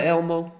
Elmo